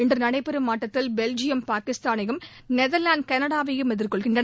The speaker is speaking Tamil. இன்று நடைபெறும் ஆட்டத்தில் பெல்ஜியம் பாகிஸ்தானையும் நெதர்வாந்து கனடாவையும் எதிர்கொள்கின்றன